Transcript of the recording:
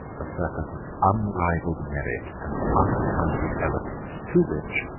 a circus of unrivalled merit and uncounted elephants, to which,